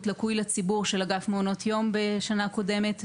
לקוי לציבור של אגף מעונות יום בשנה הקודמת,